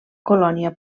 colònia